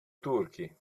turchi